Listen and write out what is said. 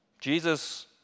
Jesus